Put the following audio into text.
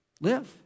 live